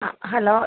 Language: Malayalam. ആ ഹലോ